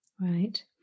Right